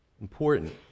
Important